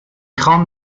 خوام